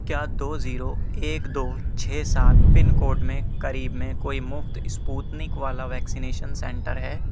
کیا دو زیرو ایک دو چھ سات پن کوڈ میں کریب میں کوئی مفت اسپوتنک والا ویکسینیشن سینٹر ہے